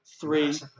three